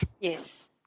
Yes